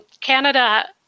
Canada